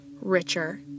richer